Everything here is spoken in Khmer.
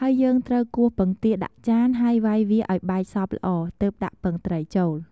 ហើយយើងត្រូវ គោះពងទាដាក់ចាន ហើយវ៉ៃវាឱ្យបែកសព្វល្អ ទើបដាក់ពងត្រីចូល។